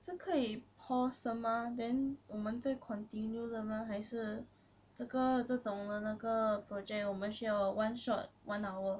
是可以 pause 的吗 then 我们再 continue 的吗还是这个这种的那个 project 我们需要 one shot one hour